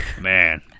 Man